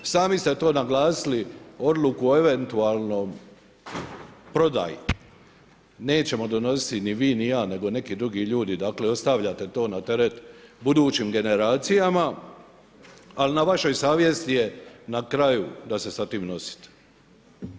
Sami ste to naglasili, odluku o eventualnoj prodaji nećemo donositi ni vi ni ja nego neki drugi ljudi, dakle ostavljate to na teret budućim generacijama ali na vašoj savjesti je na kraju da se sa time nosite.